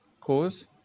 Cause